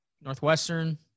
Northwestern